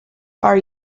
are